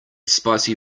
spicy